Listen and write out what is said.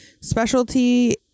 Specialty